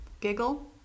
giggle